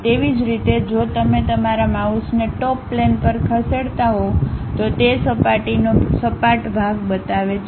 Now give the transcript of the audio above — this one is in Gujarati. તેવી જ રીતે જો તમે તમારા માઉસને ટોપ પ્લેન પર ખસેડતા હોવ તો તે તે સપાટીનો સપાટ ભાગ બતાવે છે